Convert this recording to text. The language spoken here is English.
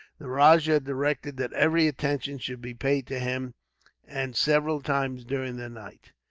the rajah directed that every attention should be paid to him and several times, during the night,